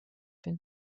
bin